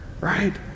right